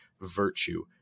virtue